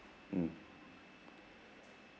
mm